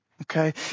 Okay